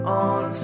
on